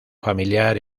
familiar